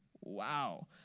Wow